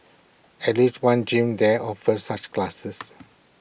at least one gym there offers such classes